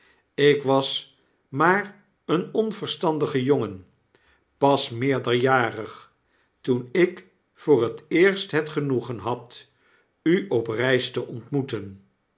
k was maar een onverstandige jongen pas meerderjarig toen ik voor het eerst het genoegen had u op reis te ontmoeten